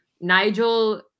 Nigel